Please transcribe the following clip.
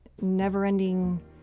never-ending